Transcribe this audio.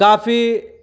काफ़ी